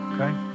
okay